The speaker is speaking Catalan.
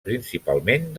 principalment